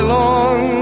long